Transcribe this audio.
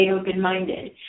open-minded